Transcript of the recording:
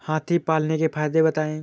हाथी पालने के फायदे बताए?